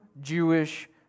Jewish